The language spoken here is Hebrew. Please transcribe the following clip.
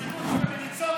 שיזרקו אותנו במריצות,